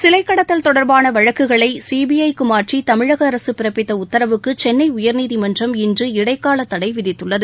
சிலை கடத்தல் தொடர்பான வழக்குகளை சிபிஐ க்கு மாற்றி தமிழக அரசு பிறப்பித்த உத்தரவுக்கு சென்னை உயர்நீதிமன்றம் இன்று இடைக்கால தடை விதித்துள்ளது